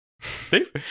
Steve